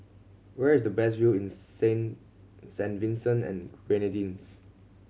where is the best view in Saint Saint Vincent and Grenadines